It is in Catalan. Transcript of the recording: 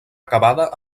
acabada